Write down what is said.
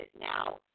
Now